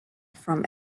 from